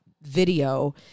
video